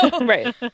Right